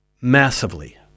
massively